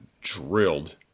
drilled